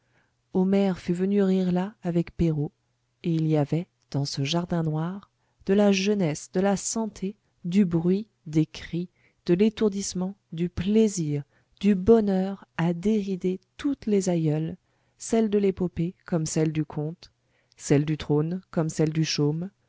homère fût venu rire là avec perrault et il y avait dans ce jardin noir de la jeunesse de la santé du bruit des cris de l'étourdissement du plaisir du bonheur à dérider toutes les aïeules celles de l'épopée comme celles du conte celles du trône comme celles du chaume